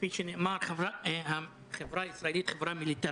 כפי שנאמר, החברה הישראלית היא חברה מיליטריסטית,